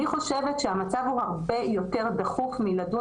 אני חושבת שהמצב הוא הרבה יותר דחוק מלדון